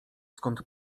skąd